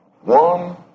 One